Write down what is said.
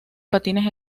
patines